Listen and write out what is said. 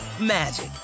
magic